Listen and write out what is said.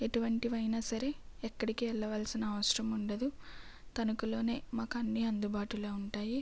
ఎటువంటివైనా సరే ఎక్కడికి వెళ్ళవలసిన అవసరం ఉండదు తణుకులోనే మాకు అన్నీ అందుబాటులో ఉంటాయి